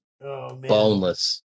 boneless